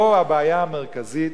פה הבעיה המרכזית